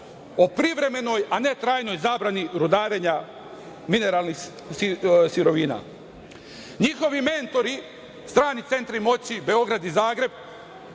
o privremenoj a ne trajnoj zabrani rudarenja mineralnih sirovina. Njihovi mentori, strani centi moći, Beograd i Zagreb,